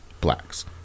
blacks